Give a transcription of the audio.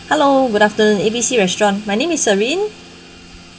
hello good afternoon A B C restaurant my name is serene